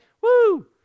Woo